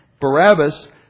Barabbas